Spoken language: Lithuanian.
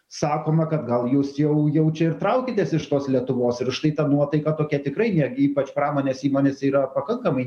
sakoma kad gal jūs jau jau čia ir traukitės iš tos lietuvos ir štai ta nuotaika tokia tikrai netgi ypač pramonės įmonės yra pakankamai